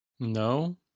No